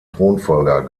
thronfolger